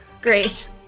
Great